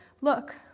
look